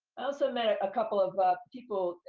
also met a ah couple of people,